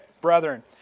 brethren